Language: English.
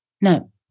No